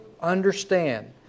understand